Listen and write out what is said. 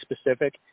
specific